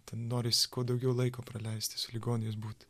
ten norisi kuo daugiau laiko praleisti su ligoniais būt